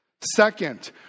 Second